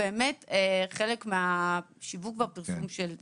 חלק מהשיווק והפרסום של זה.